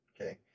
okay